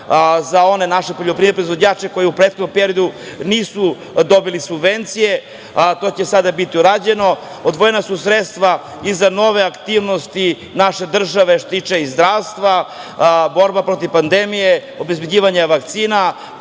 za one naše poljoprivredne proizvođače koji u prethodnom periodu nisu dobili subvencije, a to će sada biti urađeno. Odvojena su sredstva i za nove aktivnosti naše države što se tiče i zdravstva, borba protiv pandemije, obezbeđivanje vakcina,